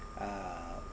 uh